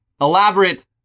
elaborate